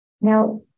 Now